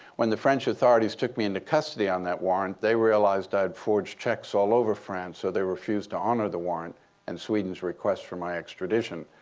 when the french authorities took me into custody on that warrant, they realized i had forged checks all over france. so they refused to honor the warrant and sweden's request for my extradition.